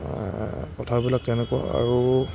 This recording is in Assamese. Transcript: কথাবিলাক তেনেকুৱা আৰু